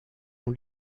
ont